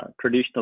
traditional